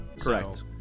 Correct